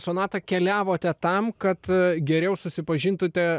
sonata keliavote tam kad geriau susipažintute